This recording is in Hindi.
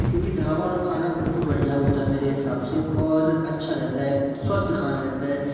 क्योंकि ढाबा का खाना बहुत ही बढ़िया होता है मेरे हिसाब से और अच्छा रहता है स्वस्थ खाना रहता है